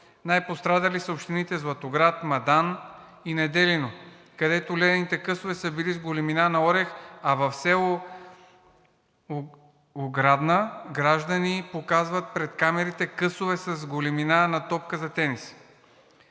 Най-пострадали са общините Златоград, Мадан и Неделино, където ледените късове са били с големина на орех, а в село Оградна граждани показват пред камерите късове с големина на топка за тенис.